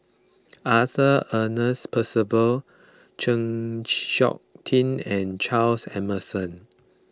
Arthur Ernest Percival Chng Seok Tin and Charles Emmerson